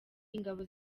ingabo